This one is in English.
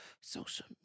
social